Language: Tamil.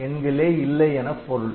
எண்களே இல்லை எனப் பொருள்